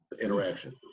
interaction